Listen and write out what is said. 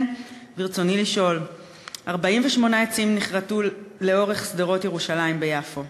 48 עצים נכרתו לאורך שדרות-ירושלים ביפו.